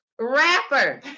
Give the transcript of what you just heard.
rapper